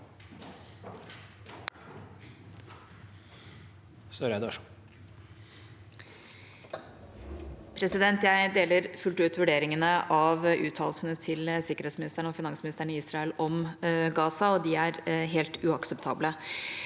Jeg deler fullt ut vurderingene av uttalelsene til sikkerhetsministeren og finansministeren i Israel om Gaza. De er helt uakseptable.